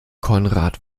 konrad